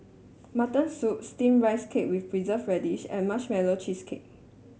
Mutton Soup Steamed Rice Cake with Preserved Radish and Marshmallow Cheesecake